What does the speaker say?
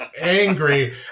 angry